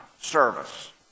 service